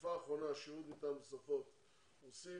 בתקופה האחרונה השירות בער"ן ניתן בשפות רוסית,